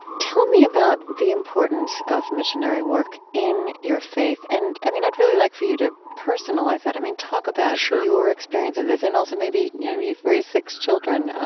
tell me about the importance of missionary work in your faith. and i mean, i'd really like for you to personalize that. i mean, talk about, sure, your experience in this, and also maybe you know, you've raised six children,